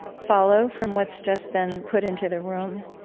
follow from what's just been put into the room.